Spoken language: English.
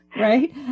Right